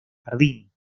jardín